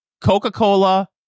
Coca-Cola